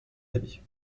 habit